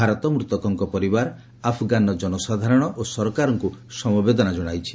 ଭାରତ ମୃତକଙ୍କ ପରିବାର ଆଫଗାନର ଜନସାଧାରଣ ଓ ସରକାରଙ୍କୁ ସମବେଦନା ଜଣାଇଛି